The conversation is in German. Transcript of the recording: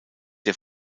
der